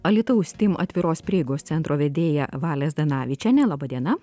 alytaus steam atviros prieigos centro vedėja vale zdanavičiene laba diena